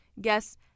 guests